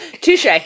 touche